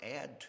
add